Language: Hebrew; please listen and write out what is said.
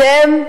אתם,